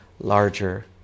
larger